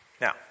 Now